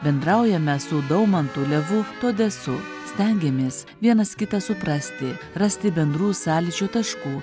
bendraujame su daumantu levu todesu stengiamės vienas kitą suprasti rasti bendrų sąlyčio taškų